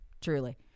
truly